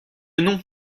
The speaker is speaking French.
non